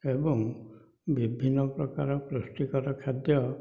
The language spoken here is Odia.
ଏବଂ ବିଭିନ୍ନ ପ୍ରକାର ପୁଷ୍ଟିକର ଖାଦ୍ୟ